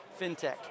fintech